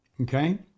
Okay